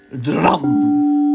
drum